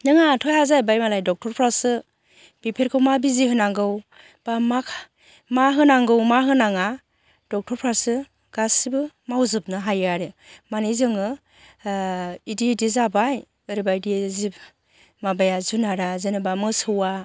नों आङाथ' हाया जाहैबाय मालाय डक्टरफ्रासो बेफोरखौ मा बिजि होनांगौ बा मा मा होनांगौ मा होनाङा डक्टरफ्रासो गासिबो मावजोबनो हायो आरो माने जोङो इदि इदि जाबाय ओरैबादि जिब माबाया जुनारा जेनोबा मोसौआ